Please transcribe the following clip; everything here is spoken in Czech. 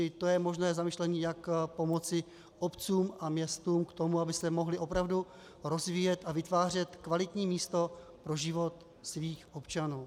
I to je možné zamyšlení, jak pomoci obcím a městům k tomu, aby se mohly opravdu rozvíjet a vytvářet kvalitní místo pro život svých občanů.